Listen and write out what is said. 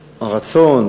הרצון,